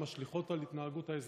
משליכות על התנהגות האזרחים.